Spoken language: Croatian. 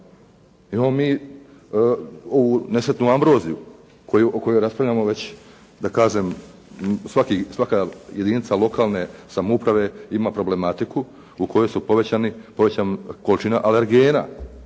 Imamo mi nesretnu ambroziju o kojoj raspravljamo već da kažem svaka jedinica lokalne samouprave ima problematiku u kojoj su povećana količina alergena